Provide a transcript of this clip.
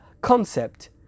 concept